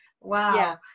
wow